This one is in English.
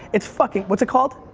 it's fucking, what's it called?